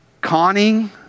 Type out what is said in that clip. conning